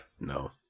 No